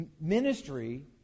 Ministry